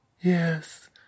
yes